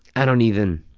i don't even,